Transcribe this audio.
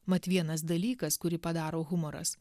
mat vienas dalykas kurį padaro humoras